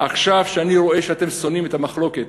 עכשיו כשאני רואה שאתם שונאים את המחלוקת,